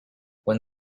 when